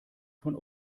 von